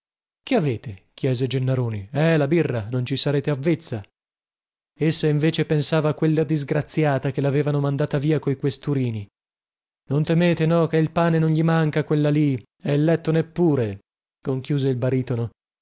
che avete chiese gennaroni eh la birra non ci sarete avvezza essa invece pensava a quella disgraziata che lavevano mandata via coi questurini non temete no che il pane non gli manca a quella lì e il letto neppure conchiuse il baritono